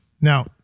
Now